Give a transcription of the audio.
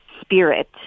spirit